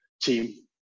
team